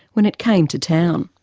when it came to town.